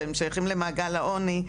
והם שייכים למעגל העוני,